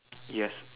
yes